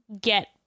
get